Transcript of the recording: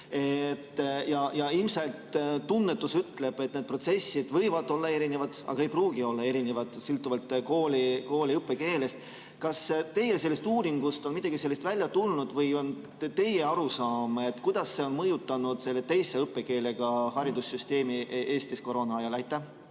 Ilmselt tunnetus ütleb, et need protsessid võivad olla, aga ei pruugi olla erinevad, sõltuvalt kooli õppekeelest. Kas teie sellest uuringust on midagi sellist välja tulnud või on teil arusaam, kuidas see koroonaaeg on mõjutanud teise õppekeelega haridussüsteemi Eestis? Aitäh!